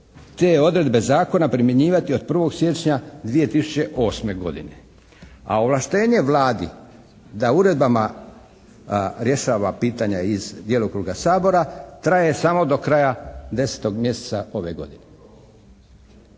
te odredbe zakona primjenjivati od 1. siječnja 2008. godine, a ovlaštenje Vladi da uredbama rješava pitanja iz djelokruga Sabora traje samo do kraja 10. mjeseca ove godine.